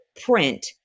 print